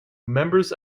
members